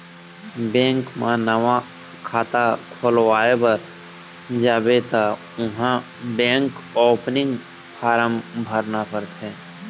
bank म नवा खाता खोलवाए बर जाबे त उहाँ बेंक ओपनिंग फारम भरना परथे